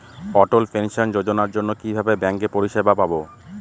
অটল pension যোজনার জন্য কিভাবে ব্যাঙ্কে পরিষেবা পাবো?